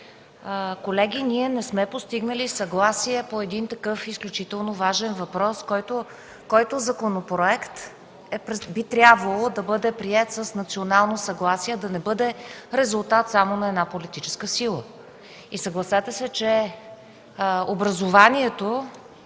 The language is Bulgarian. Колеги, ние не сме постигнали съгласие по такъв изключително важен въпрос! Законопроектът би трябвало да бъде приет с национално съгласие, а да не бъде резултат само на една политическа сила. Съгласете се, че образованието,